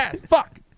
fuck